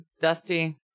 Dusty